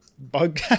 Bug